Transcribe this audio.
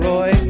Roy